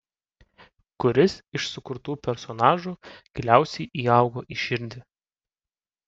kuris iš sukurtų personažų giliausiai įaugo į širdį